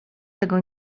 tego